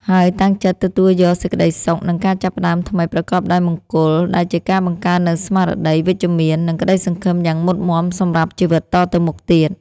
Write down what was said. ហើយតាំងចិត្តទទួលយកសេចក្តីសុខ និងការចាប់ផ្តើមថ្មីប្រកបដោយមង្គល ដែលជាការបង្កើតនូវស្មារតីវិជ្ជមាន និងក្តីសង្ឃឹមយ៉ាងមុតមាំសម្រាប់ជីវិតតទៅមុខទៀត។